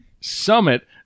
Summit